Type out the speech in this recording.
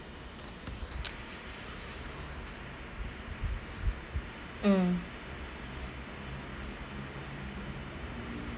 mm